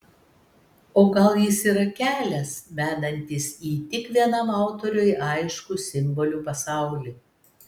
o gal jis yra kelias vedantis į tik vienam autoriui aiškų simbolių pasaulį